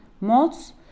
modes